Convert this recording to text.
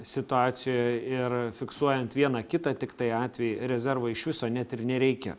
situacijoj ir fiksuojant vieną kitą tiktai atvejį rezervo iš viso net ir nereikia